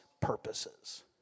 purposes